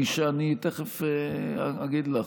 אני תכף אגיד לך.